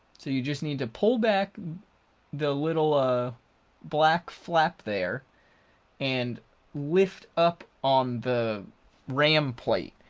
so you just need to pull back the little ah black flap there and lift up on the ram plate,